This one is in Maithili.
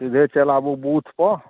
सीधे चलि आबू बूथपर